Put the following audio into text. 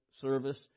service